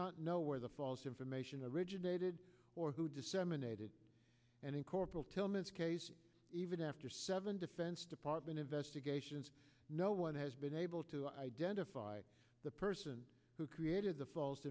not know where the false information originated or who disseminated and in corporal tillman's case even after seven defense department investigations no one has been able to identify the person who created the false